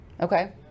Okay